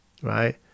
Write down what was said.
right